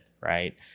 right